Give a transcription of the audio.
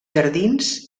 jardins